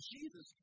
Jesus